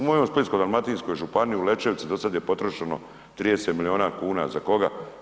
U mojoj Splitsko-dalmatinskoj županiji, u Lečevici do sad je potrošeno 30 milijuna kuna za koga?